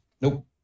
Nope